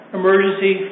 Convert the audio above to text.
emergency